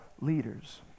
leaders